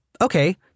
Okay